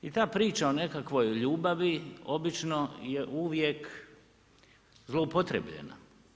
I ta priča o nekakvoj ljubavi obično je uvijek zloupotrebljena.